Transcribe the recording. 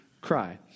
cry